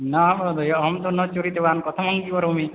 न महोदय अहं तु चोरितवान् कथमहं करोमि